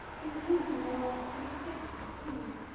if you, whom they all respect and fear.